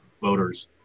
voters